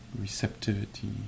Receptivity